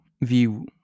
view